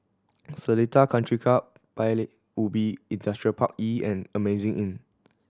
Seletar Country Club Paya Ubi Industrial Park E and Amazing Inn